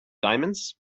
diamonds